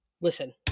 Listen